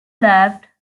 left